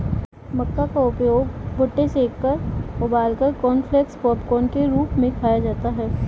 मक्का का उपयोग भुट्टे सेंककर उबालकर कॉर्नफलेक्स पॉपकार्न के रूप में खाया जाता है